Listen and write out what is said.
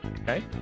Okay